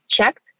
checked